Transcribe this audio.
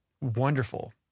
wonderful